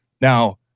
Now